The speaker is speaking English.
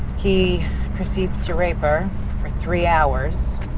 he proceeds to rape her for three hours.